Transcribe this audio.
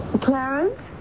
Clarence